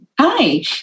Hi